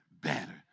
better